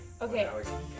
Okay